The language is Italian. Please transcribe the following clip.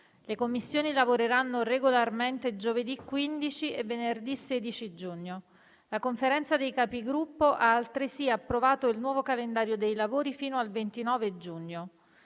Le Commissioni lavoreranno regolarmente giovedì 15 e venerdì 16 giugno. La Conferenza dei Capigruppo ha altresì approvato il nuovo calendario dei lavori fino al 29 giugno.